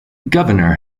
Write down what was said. governor